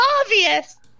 obvious